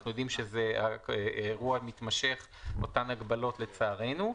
אנחנו יודעים שזה אירוע מתמשך עם אותן הגבלות לצערנו.